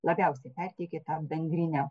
labiausiai perteikė tą bendrinę